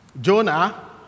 Jonah